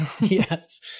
Yes